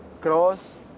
Cross